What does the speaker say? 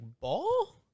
ball